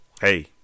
hey